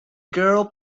girl